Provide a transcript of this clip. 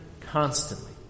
constantly